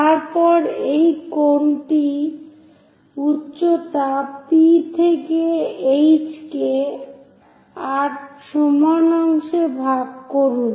তারপরে এই কোন টির উচ্চতা P থেকে উচ্চতা h কে 8 সমান অংশে ভাগ করুন